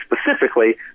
specifically